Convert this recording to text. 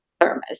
thermos